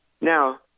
Now